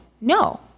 no